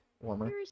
Warmer